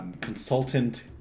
consultant